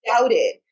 doubted